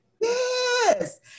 Yes